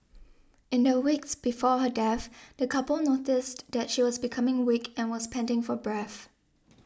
in the weeks before her death the couple noticed that she was becoming weak and was panting for breath